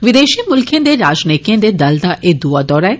विदेशी मुल्खें दे राजनायकें दे दलें दा एह दुआ दौरा ऐ